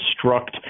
construct